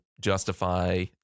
justify